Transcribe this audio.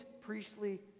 priestly